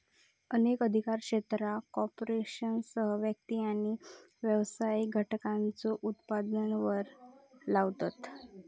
अनेक अधिकार क्षेत्रा कॉर्पोरेशनसह व्यक्ती आणि व्यावसायिक घटकांच्यो उत्पन्नावर कर लावतत